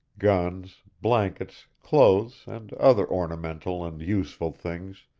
guns, blankets, clothes, and other ornamental and useful things,